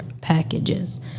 packages